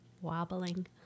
wobbling